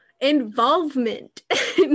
involvement